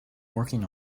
working